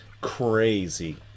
crazy